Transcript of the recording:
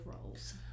roles